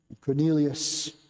Cornelius